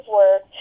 work